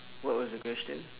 what was the question